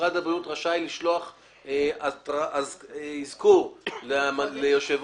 משרד הבריאות רשאי לשלוח אזכור ליושב